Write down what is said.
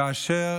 כאשר